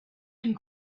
and